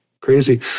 Crazy